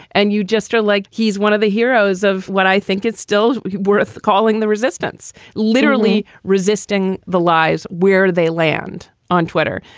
and you just are like, he's one of the heroes of what i think it's still worth calling the resistance, literally resisting the lies where they land on twitter.